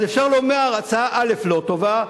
אז אפשר לומר: הצעה א' לא טובה,